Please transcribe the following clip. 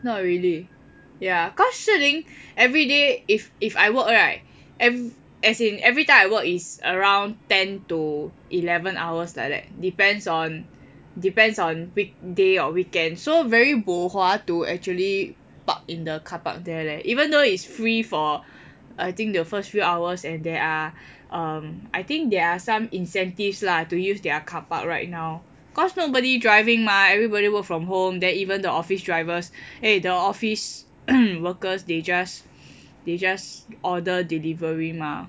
not really ya cause Shihlin everyday if if I work right eve~ as in every time I work is around ten to eleven hours like that depends on depends on weekday or weekend so very bo hua to actually park in the car park there leh even though is free for I think the first few hours and there are um I think there are some incentives lah to use their car park right now cause nobody driving mah everybody work from home then even the office drivers eh the office workers they just they just order delivery mah